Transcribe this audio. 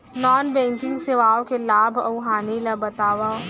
non banking सेवाओं के लाभ अऊ हानि ला बतावव